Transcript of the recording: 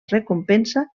recompensa